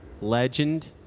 legend